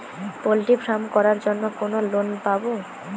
Poultry farm করার জন্য কোন লোন পাব?